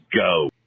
go